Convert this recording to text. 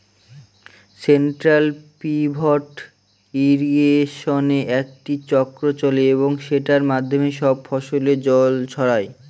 central pivot ইর্রিগেশনে একটি চক্র চলে এবং সেটার মাধ্যমে সব ফসলে জল ছড়ায়